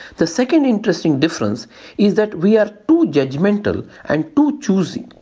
the second interesting difference is that we are too judgmental and too choosy.